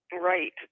right